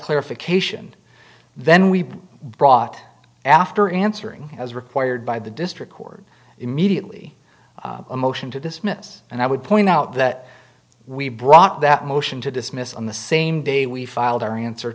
clarification then we brought after answering as required by the district court immediately a motion to dismiss and i would point out that we brought that motion to dismiss on the same day we filed our answer